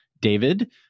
David